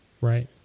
Right